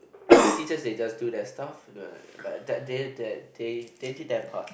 all the teachers they just do their stuff like that that they they did their part